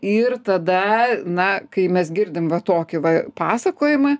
ir tada na kai mes girdim va tokį va pasakojimą